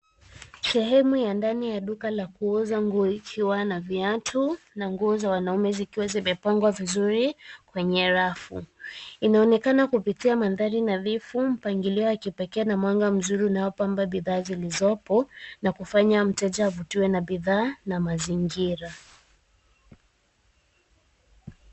Sehemu ya ndani ya duka la kuuza nguo ikiwa na viatu na nguo za wanaume zikiwa zimepangwa vizuri kwenye rafu. inaonekana kupitia mandhari nadhifu mpangilio wa kipekee na mwanga nadhifuu unaopanga bidhaa zilizopo na kufanya mteja avutiwe na bidhaa na mazingira.